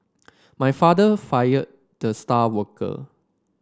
my father fired the star worker